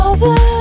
Over